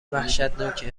وحشتناکی